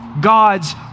God's